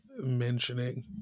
Mentioning